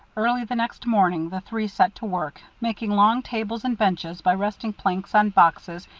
early the next morning the three set to work, making long tables and benches by resting planks on boxes,